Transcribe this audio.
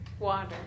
Water